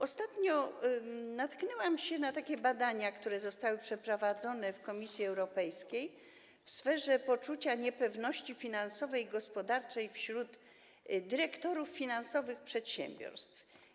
Ostatnio natknęłam się na takie badania, które zostały przeprowadzone w Komisji Europejskiej w sferze poczucia niepewności finansowej i gospodarczej wśród dyrektorów finansowych przedsiębiorstw.